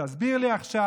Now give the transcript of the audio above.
תסביר לי עכשיו.